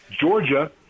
Georgia